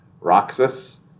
Roxas